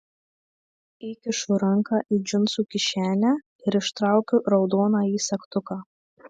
įkišu ranką į džinsų kišenę ir ištraukiu raudonąjį segtuką